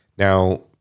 Now